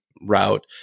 route